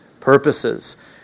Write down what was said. purposes